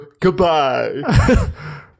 Goodbye